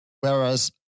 Whereas